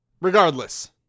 Regardless